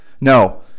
No